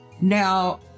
Now